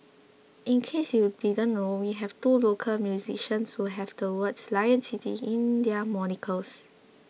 in case you didn't know we have two local musicians who have the words Lion City in their monikers